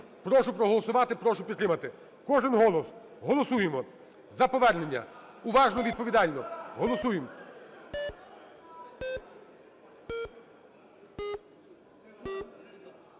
Прошу проголосувати, прошу підтримати. Кожен голос. Голосуємо за повернення уважно, відповідально. Голосуємо.